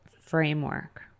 framework